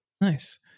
Nice